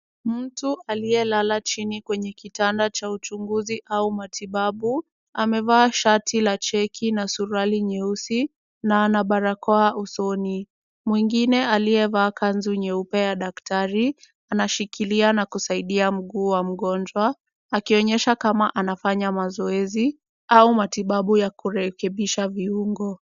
Mtu aliye lala chini kwenye kitanda cha uchunguzi au matibabu, amevaa shati la cheki na suruali nyeusi na ana barakoa usoni, mwingine aliyevaa kanzu nyeupe ya daktari anashikiliana kusaidia mkuu wa mgonjwa akionyesha kama anafanya mazoezi au matibabu ya kurekebisha viungo.